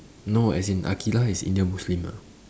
no as in Aqilah is Indian muslim ah